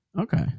Okay